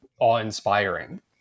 awe-inspiring